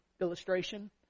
illustration